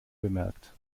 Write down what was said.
bemerkt